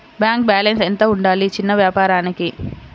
Bank balance ఎంత ఉండాలి చిన్న వ్యాపారానికి?